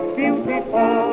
beautiful